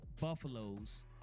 Buffaloes